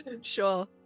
sure